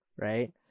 right